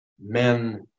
men